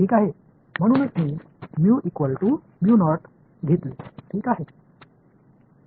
म्हणूनच मी घेतले ठीक आहे